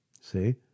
See